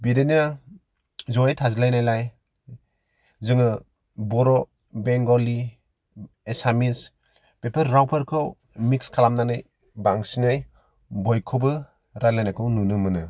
बिदिनो जयै थाज्लाय नायलाय जोङो बर' बेंगलि एसामिस बेफोर रावफोरखौ मिक्स खालामनानै बांसिनै बयखौबो रायज्लायनायखौ नुनो मोनो